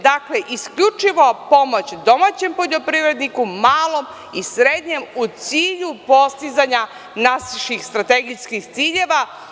Dakle, isključivo pomoć domaćem poljoprivredniku, malom i srednjem, u cilju postizanja naših strategijskih ciljeva.